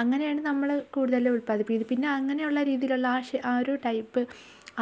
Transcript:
അങ്ങനെയാണ് നമ്മൾ കൂടുതലും ഉൽപ്പാദിപ്പി പിന്നെ അങ്ങനെ ഉള്ള രീതിയിലുള്ള ആ ഷെ ആ ഒരു ടൈപ്പ്